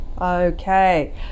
Okay